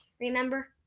Remember